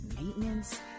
maintenance